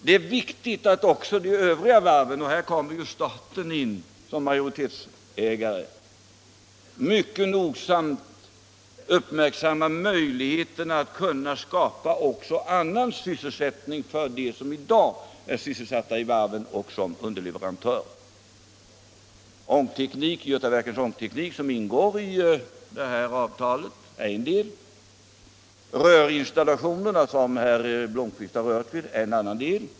Det är viktigt att också de övriga varven — och här kommer staten in som majoritetsägare —- mycket nogsamt uppmärksammar möjligheterna att skapa också annan sysselsättning för dem som i dag är sysselsatta inom varven och som underleverantörer till varven. Götaverken Ångteknik AB, som ingår i detta avtal, är en del. Rörinstallationerna, som herr Blomkvist omnämnde, är en annan del.